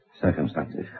circumstances